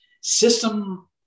system